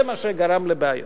זה מה שגרם לבעיות.